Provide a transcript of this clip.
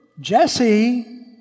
Jesse